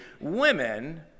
women